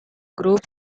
group